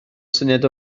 syniad